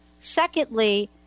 Secondly